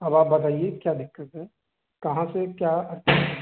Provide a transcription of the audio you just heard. अब आप बताइए की क्या दिक्कत है कहाँ से क्या